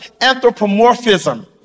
anthropomorphism